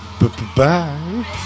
Bye